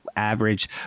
Average